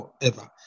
forever